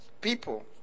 people